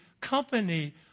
company